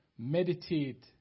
Meditate